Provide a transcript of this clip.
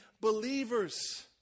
believers